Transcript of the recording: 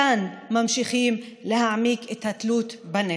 כאן ממשיכים להעמיק את התלות בנפט.